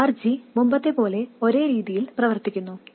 ഈ RG മുമ്പത്തെ പോലെ ഒരേ രീതിയിൽ പ്രവർത്തിക്കുന്നു